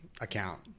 account